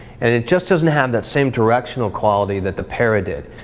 and it just doesn't have that same directional quality that the para did.